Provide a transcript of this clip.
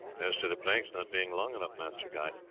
as to the planks not being long enough, master guy,